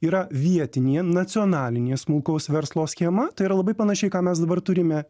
yra vietinė nacionalinė smulkaus verslo schema tai yra labai panašiai ką mes dabar turime